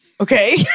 Okay